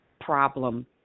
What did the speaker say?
problem